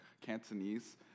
Cantonese